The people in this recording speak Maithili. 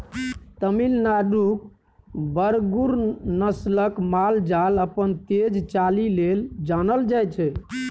तमिलनाडुक बरगुर नस्लक माल जाल अपन तेज चालि लेल जानल जाइ छै